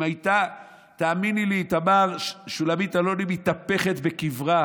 תאמיני לי, תמר, שולמית אלוני מתהפכת בקברה